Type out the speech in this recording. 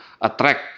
attract